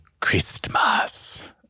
Christmas